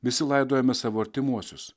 visi laidojame savo artimuosius